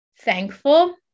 thankful